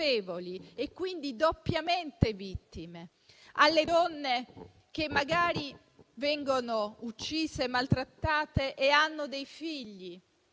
e quindi doppiamente vittime; donne che magari vengono uccise, maltrattate e hanno dei figli